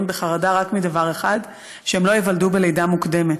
בחרדה רק מדבר אחד: שהם לא ייוולדו בלידה מוקדמת.